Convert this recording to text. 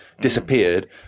disappeared